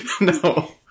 No